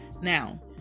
Now